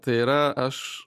tai yra aš